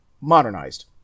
modernized